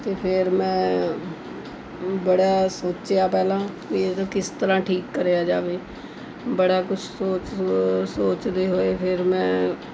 ਅਤੇ ਫਿਰ ਮੈਂ ਬੜਾ ਸੋਚਿਆ ਪਹਿਲਾਂ ਵੀ ਇਹਨੂੰ ਕਿਸ ਤਰ੍ਹਾਂ ਠੀਕ ਕਰਿਆ ਜਾਵੇ ਬੜਾ ਕੁਛ ਸੋਚ ਸੋ ਸੋਚਦੇ ਹੋਏ ਫਿਰ ਮੈਂ